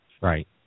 Right